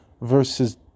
versus